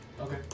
Okay